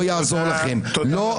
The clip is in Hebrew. לא נוותר לכם,